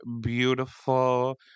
beautiful